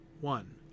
one